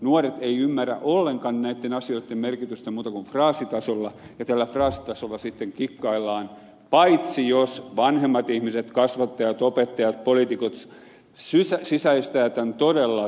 nuoret eivät ymmärrä ollenkaan näitten asioitten merkitystä muuten kuin fraasitasolla ja tällä fraasitasolla sitten kikkaillaan paitsi jos vanhemmat ihmiset kasvattajat opettajat poliitikot sisäistävät tämän todella syvältä